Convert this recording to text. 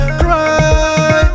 cry